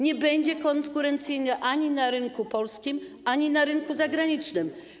Nie będzie konkurencyjny ani na rynku polskim, ani na rynku zagranicznym.